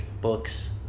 Books